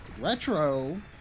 retro